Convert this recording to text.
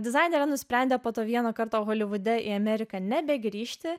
dizainerė nusprendė po to vieno karto holivude į ameriką nebegrįžti